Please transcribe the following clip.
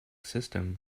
system